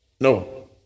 no